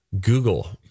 Google